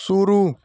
शुरू